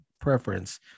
preference